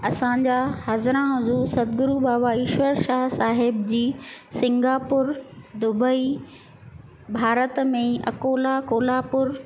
असांजा हज़रा हुज़ूर सतगुरू बाबा ईश्वर शाह साहिब जी सिंगापुर दुबई भारत में ई अकोला कोल्हापुर